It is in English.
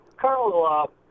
Carl